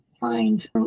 find